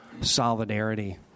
solidarity